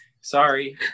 sorry